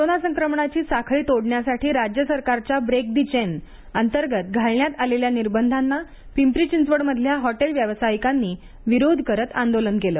corona संक्रमणाची साखळी तोडण्यासाठी राज्य सरकारच्या व्रेक दी चेन अंतर्गत घालण्यात आलेल्या निर्बंधांना पिंपरी चिंचवड मधल्या हॉटेल व्यावसायकांनी विरोध करत आंदोलन केलं